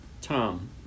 Tom